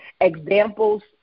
examples